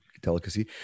delicacy